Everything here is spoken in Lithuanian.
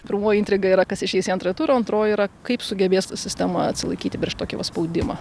pirmoji intriga yra kas išeis į antrą turą o antroji yra kaip sugebės sistema atsilaikyti prieš tokį va spaudimą